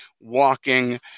walking